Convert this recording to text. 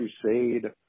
Crusade